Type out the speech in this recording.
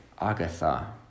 agatha